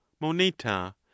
moneta